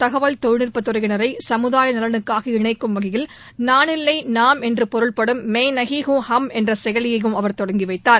தகவல் தொழில்நுட்பத் துறையினரை சமுதாய நலனுக்காக இணைக்கும் வகையில் நான் இல்லை நாம் என்று பொருள்படும் மை நஹி ஹூம் என்ற செயலியையும் அவர் தொடங்கி வைத்தார்